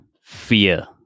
fear